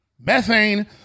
Methane